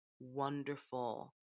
wonderful